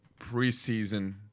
preseason